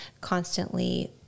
constantly